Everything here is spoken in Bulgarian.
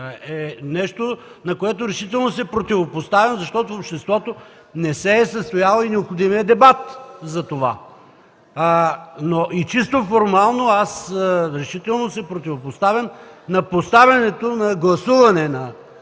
е нещо, на което решително се противопоставям, защото в обществото не се е състоял необходимият дебат за това. Чисто формално аз решително се противопоставям на поставянето на гласуване на